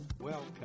Welcome